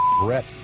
Brett